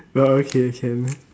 well okay can